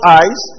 eyes